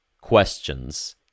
questions